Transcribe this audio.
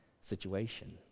situation